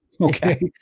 okay